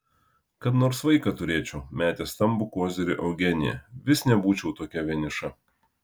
kad nors vaiką turėčiau metė stambų kozirį eugenija vis nebūčiau tokia vieniša